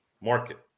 market